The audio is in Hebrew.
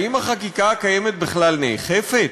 האם החקיקה הקיימת בכלל נאכפת?